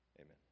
Amen